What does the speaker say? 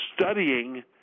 studying